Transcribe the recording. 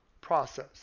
process